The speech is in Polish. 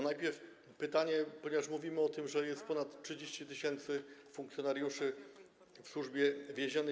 Najpierw pytanie, ponieważ mówimy o tym, że jest ponad 30 tys. funkcjonariuszy w Służbie Więziennej.